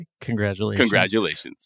congratulations